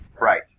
right